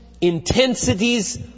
intensities